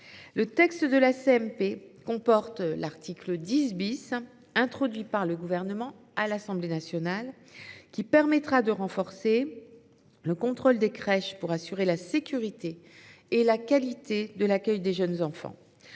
mixte paritaire comporte l’article 10, introduit par le Gouvernement à l’Assemblée nationale, qui permettra de renforcer le contrôle des crèches pour assurer la sécurité et la qualité de l’accueil des jeunes enfants.